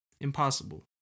Impossible